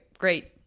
Great